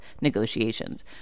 negotiations